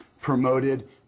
promoted